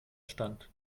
stand